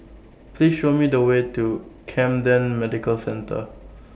Please Show Me The Way to Camden Medical Centre